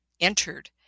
entered